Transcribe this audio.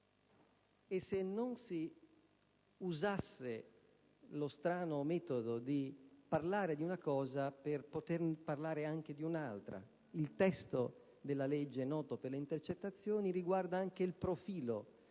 e se non si usasse lo strano metodo di parlare di una cosa per poter parlare anche di un'altra.